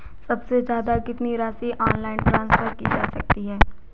सबसे ज़्यादा कितनी राशि ऑनलाइन ट्रांसफर की जा सकती है?